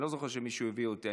אני לא זוכר שמישהו הביא אותי.